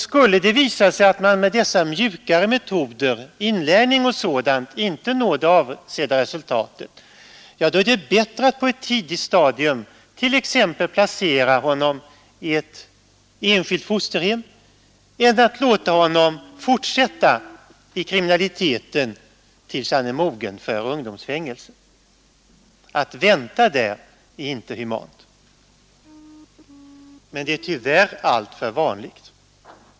Skulle det visa sig att man med dessa mjukare metoder — inlärning och sådant — inte uppnår det avsedda resultatet är det bättre att på ett tidigt stadium t.ex. placera den unge i ett enskilt fosterhem än att låta honom fortsätta i kriminalitet tills han är mogen för ungdomsfängelse. Att vänta är inte humant — men det är tyvärr alltför vanligt.